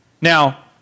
Now